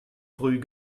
früh